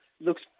Looks